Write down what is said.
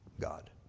God